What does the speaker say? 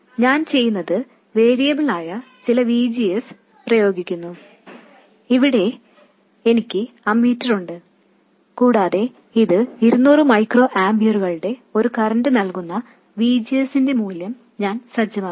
ഞാൻ ചെയ്യുന്നത് വേരിയബിൾ ആയ ചില V G S പ്രയോഗിക്കുന്നു എനിക്ക് ഇവിടെ അമ്മീറ്റർ ഉണ്ട് കൂടാതെ ഇത് 200 മൈക്രോ ആമ്പിയറുകളുടെ ഒരു കറന്റ് നൽകുന്ന V G S ന്റെ മൂല്യം ഞാൻ സജ്ജമാക്കും